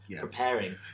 preparing